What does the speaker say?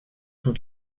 sont